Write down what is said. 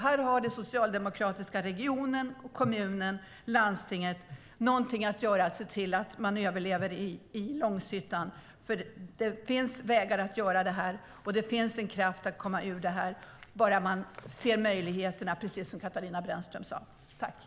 Här har den socialdemokratiska regionen, kommunen och landstinget någonting att göra: se till att man överlever i Långshyttan. Det finns vägar att göra det, och det finns en kraft att komma ur det, bara man ser möjligheterna, precis som Katarina Brännström sade.